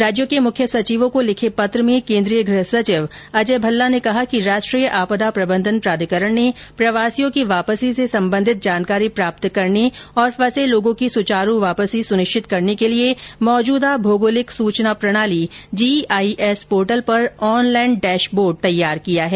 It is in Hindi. राज्यों के मुख्य सचिवों को लिखे पत्र में केन्द्रीय गृह सचिव अजय भल्ला ने कहा कि राष्ट्रीय आपदा प्रबंधन प्राधिकरण ने प्रवासियों की वापसी से संबंधित जानकारी प्राप्त करने और फंसे लोगों की सुचारू वापसी सुनिश्चित करने के लिये मौजूदा भौगोलिक सुचना प्रणाली जीआईएस पोर्टल पर ऑनलाइन डैशबोर्ड तैयार किया है